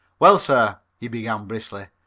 well, sir, he began briskly,